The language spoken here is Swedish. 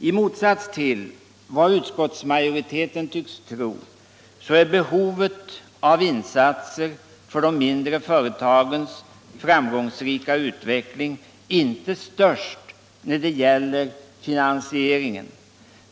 I motsats till vad utskottsmajoriteten tycks tro är behovet av insatser för de mindre företagens framgångsrika utveckling inte störst när det gäller finansieringen.